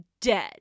dead